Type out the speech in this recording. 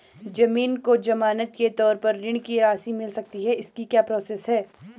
ज़मीन को ज़मानत के तौर पर ऋण की राशि मिल सकती है इसकी क्या प्रोसेस है?